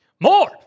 More